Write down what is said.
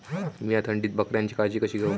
मीया थंडीत बकऱ्यांची काळजी कशी घेव?